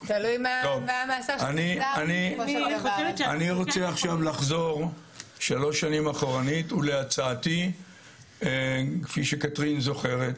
אני רוצה עכשיו לחזור שלוש שנים אחורנית ולהצעתי כפי שקתרין זוכרת,